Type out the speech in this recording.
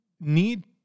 need